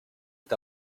est